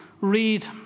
read